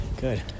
good